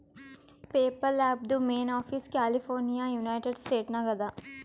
PayPal ಆ್ಯಪ್ದು main office California United States ನಾಗ್ ಅದಾ